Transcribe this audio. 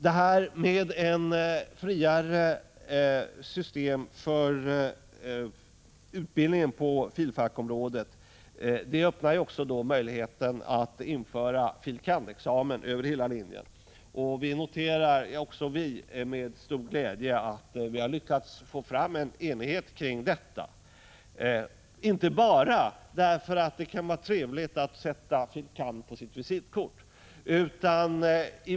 Ett friare system för utbildningen på fil. fak.-området öppnar också möjligheten att införa fil. kand.-examen över hela linjen. Också vi noterar med stor glädje att vi har lyckats få enighet om detta — inte bara därför att det kan vara trevligt att kunna sätta titeln fil. kand. på sitt visitkort.